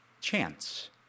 Chance